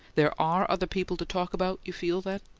there are other people to talk about, you feel, then?